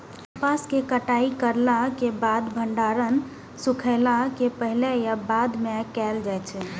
कपास के कटाई करला के बाद भंडारण सुखेला के पहले या बाद में कायल जाय छै?